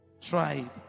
tried